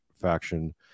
faction